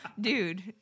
Dude